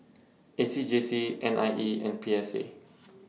A C J C N I E and P S A